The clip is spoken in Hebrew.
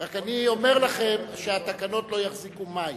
רק אני אומר לכם שהתקנות לא יחזיקו מים.